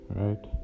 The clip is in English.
right